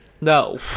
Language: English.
No